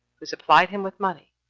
who supplied him with money,